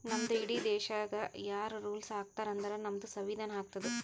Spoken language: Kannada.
ನಮ್ದು ಇಡೀ ದೇಶಾಗ್ ಯಾರ್ ರುಲ್ಸ್ ಹಾಕತಾರ್ ಅಂದುರ್ ನಮ್ದು ಸಂವಿಧಾನ ಹಾಕ್ತುದ್